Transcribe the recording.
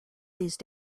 these